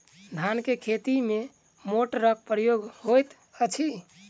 धान केँ खेती मे केँ मोटरक प्रयोग होइत अछि?